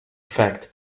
fact